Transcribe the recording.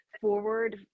forward